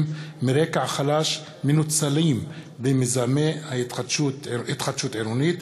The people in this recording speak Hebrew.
מרקע חלש מנוצלים במיזמי התחדשות עירונית.